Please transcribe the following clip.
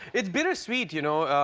it's bittersweet, you know?